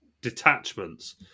detachments